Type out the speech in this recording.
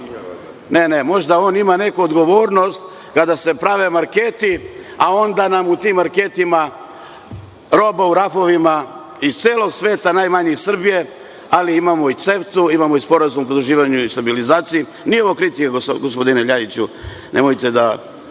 koji možda ima neku odgovornost kada se prave marketi, a onda nam u tim marketima roba u rafovima iz celog sveta, najmanje iz Srbije, ali imamo i Ceftu, imamo i Sporazum o pridruživanju i stabilizaciji. Nije ovo kritika, gospodine Ljajiću, nemojte da